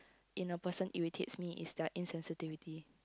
in a person irritates me is their insensitivity